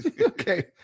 Okay